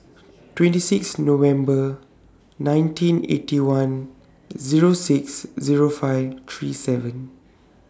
twenty six November nineteen Eighty One Zero six Zero five three seven